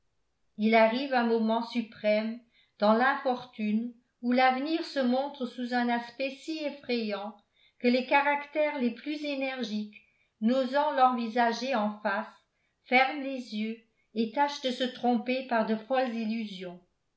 il arrive un moment suprême dans l'infortune où l'avenir se montre sous un aspect si effrayant que les caractères les plus énergiques n'osant l'envisager en face ferment les yeux et tâchent de se tromper par de folles illusions